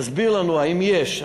תסביר לנו אם יש.